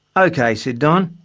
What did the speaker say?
ok said don,